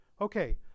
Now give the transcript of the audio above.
Okay